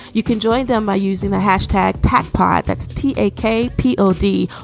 you can join them by using the hashtag tach pie. that's t a k p o d.